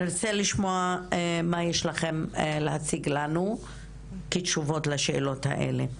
נרצה לשמוע מה יש לכם להציג לנו כתשובות לשאלות האלה.